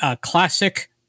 classic